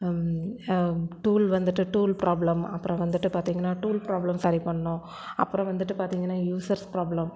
tool வந்துட்டு tool problem அப்புறம் வந்துட்டு பார்த்திங்கன்னா டூல் ப்ராப்ளம் சரி பண்ணோம் அப்புறம் வந்துட்டு பார்த்திங்கன்னா யூசர்ஸ் ப்ராப்ளம்